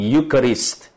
Eucharist